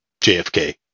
JFK